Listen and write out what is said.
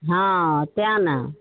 हँ तेँ ने